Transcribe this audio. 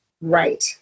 Right